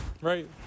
Right